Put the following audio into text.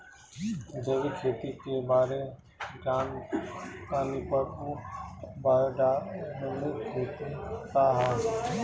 जैविक खेती के बारे जान तानी पर उ बायोडायनमिक खेती का ह?